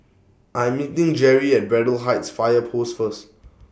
I'm meeting Jerrie At Braddell Heights Fire Post First